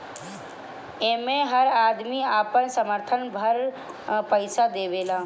एमे हर आदमी अपना सामर्थ भर पईसा देवेला